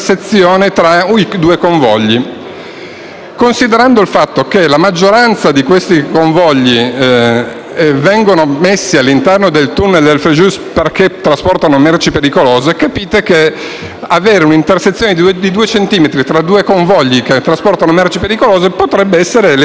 Considerando il fatto che la maggioranza di questi convogli vengono messi all'interno del tunnel del Frejus perché trasportano merci pericolose, capite che avere un'intersezione di 2 centimetri tra due convogli che trasportano merci pericolose potrebbe provocare